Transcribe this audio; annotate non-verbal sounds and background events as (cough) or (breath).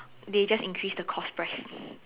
they just increase the cost price (breath)